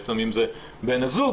אם זה בן הזוג,